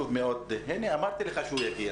מאה אחוז.